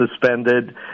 suspended